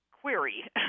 query